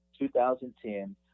2010